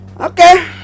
okay